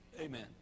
Amen